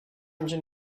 engine